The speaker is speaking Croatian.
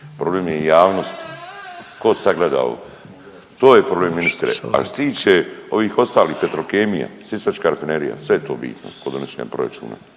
problem je javnost, ko sad gleda ovo, to je problem ministre. A što se tiče ovih ostalih Petrokemija, Sisačka rafinerija, sve je to bitno kod donošenja proračuna,